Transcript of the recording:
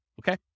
okay